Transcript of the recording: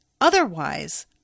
Otherwise